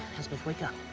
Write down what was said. azabeth, wake up.